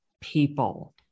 People